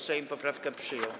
Sejm poprawkę przyjął.